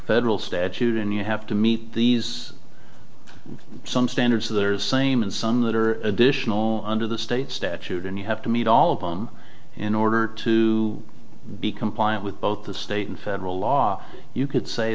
federal statute and you have to meet these some standards of their same and some that are additional under the state's statute and you have to meet all of them in order to be compliant with both the state and federal law you could say